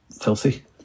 filthy